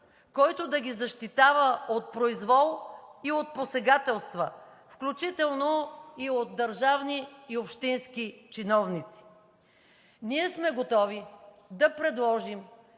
който да ги защитава от произвол и от посегателства, включително и от държавни, и от общински чиновници. Ние сме готови да предложим